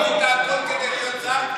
עשית הכול כדי להיות שר.